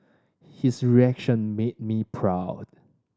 his reaction made me proud